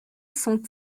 sont